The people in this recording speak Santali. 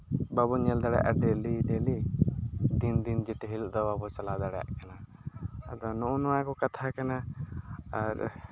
ᱵᱟᱵᱚᱱ ᱧᱮᱞ ᱫᱟᱲᱮᱭᱟᱜᱼᱟ ᱰᱮᱞᱤ ᱰᱮᱞᱤ ᱫᱤᱱ ᱫᱤᱱ ᱡᱮᱛᱮ ᱦᱤᱞᱳᱜ ᱫᱚ ᱵᱟᱵᱚ ᱪᱟᱞᱟᱣ ᱫᱟᱲᱮᱭᱟᱜ ᱠᱟᱱᱟ ᱟᱫᱚ ᱱᱚᱜᱼᱚ ᱱᱚᱣᱟ ᱠᱚ ᱠᱟᱛᱷᱟ ᱠᱟᱱᱟ ᱟᱨ